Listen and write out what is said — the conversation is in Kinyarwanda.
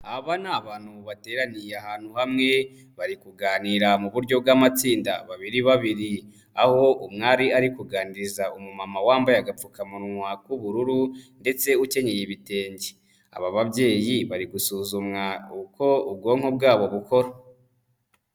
Aba ni abantu bateraniye ahantu hamwe bari kuganira mu buryo bw'amatsinda babiri babiri, aho umwari ari kuganiriza umumama wambaye agapfukamunwa k'ubururu ndetse ukenyeye ibitenge, aba babyeyi bari gusuzumwa uko ubwonko bwabo bukora.